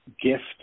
gift